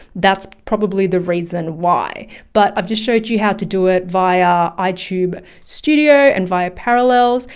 that's probably the reason why, but i've just showed you how to do it via ah itube studio and via parallels.